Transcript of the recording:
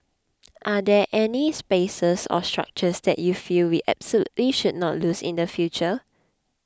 are there any spaces or structures that you feel we absolutely should not lose in the future